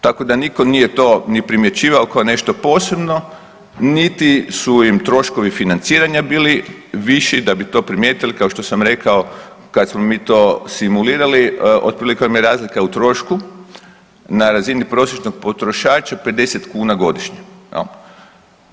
Tako da nitko nije to ni primjećivao kao nešto posebno niti su im troškova financiranja bili viši, da bi to primijetili, kao što sam rekao, kad smo mi to simulirali, otprilike vam je razlika u trošku na razini prosječnog potrošača 50 kuna godišnje, je l'